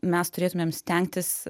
mes turėtumėm stengtis